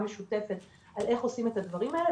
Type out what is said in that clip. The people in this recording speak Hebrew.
משותפת על איך עושים את הדברים האלה,